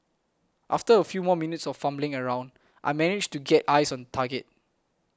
after a few more minutes of fumbling around I managed to get eyes on target